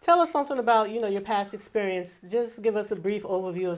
tell us something about you know your past experience just give us a brief overview of